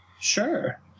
Sure